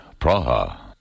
Praha